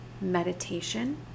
meditation